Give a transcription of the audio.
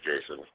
Jason